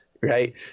Right